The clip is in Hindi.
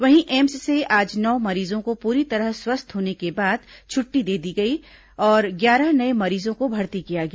वहीं एम्स से आज नौ मरीजों को पूरी तरह स्वस्थ होने के बाद छुट्टी दे दी गई तथा ग्यारह नये मरीजों को भर्ती किया गया